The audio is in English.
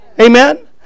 amen